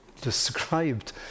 described